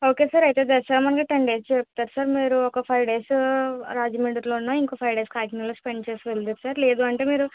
okay sir అయితే దసరా ముందు ten days చెప్తాను సార్ మీరు ఒక ఫైవ్ డేస్ అలా రాజమండ్రిలో ఉన్నా ఇంకో ఫైవ్ డేస్ కాకినాడలో స్పెండ్ చేసి వెల్దురు సార్ లేదు అంటే మీరు